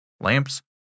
lamps